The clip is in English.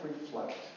reflect